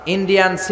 Indian